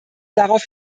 darauf